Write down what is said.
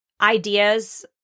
ideas